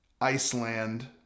Iceland